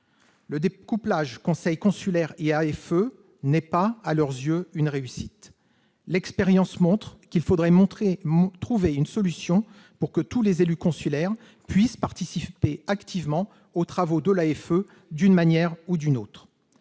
des Français de l'étranger n'est pas, à leurs yeux, une réussite. L'expérience montre qu'il faudrait trouver une solution pour que tous les élus consulaires puissent participer activement aux travaux de l'AFE d'une manière ou d'une autre.